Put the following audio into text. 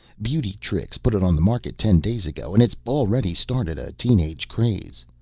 beauty trix put it on the market ten days ago and it's already started a teen-age craze.